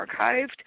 archived